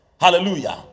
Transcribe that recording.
Hallelujah